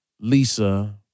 Lisa